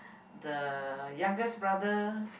the youngest brother